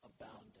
abounding